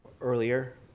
earlier